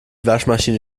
waschmaschine